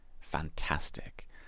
fantastic